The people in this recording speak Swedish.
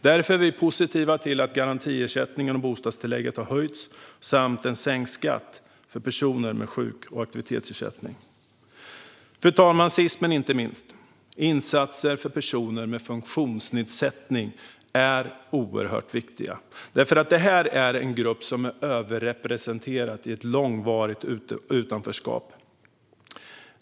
Därför är vi positiva till att garantiersättningen och bostadstillägget har höjts samt till en sänkt skatt för personer med sjuk och aktivitetsersättning. Ekonomisk trygghet vid sjukdom och funktions-nedsättning Fru talman! Sist men inte minst: Insatser för personer med funktionsnedsättning är oerhört viktiga. Detta är en grupp som är överrepresenterad i ett långvarigt utanförskap.